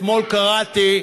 אתמול קראתי,